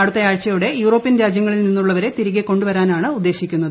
അടുത്ത ആഴ്ചയോടെ യൂറോപ്യൻ രാജ്യങ്ങളിൽനിന്നുള്ളവരെ തിരികെ കൊണ്ടുവരാനാണ് ഉദ്ദേശിക്കുന്നത്